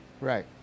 Right